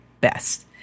best